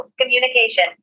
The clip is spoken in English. Communication